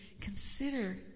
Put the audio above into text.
consider